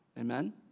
Amen